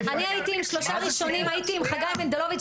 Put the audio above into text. אני הייתי עם חגי מנדלוביץ,